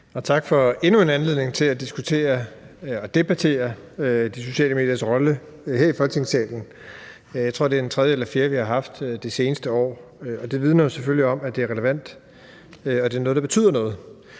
tak for endnu en anledning til at diskutere og debattere de sociale mediers rolle her i Folketingssalen. Jeg tror, det er den tredje eller fjerde, vi har haft i det seneste år. Det vidner selvfølgelig om, at det er relevant, og at det er noget, der betyder noget.